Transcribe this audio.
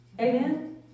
Amen